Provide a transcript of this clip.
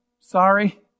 sorry